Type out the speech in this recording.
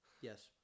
Yes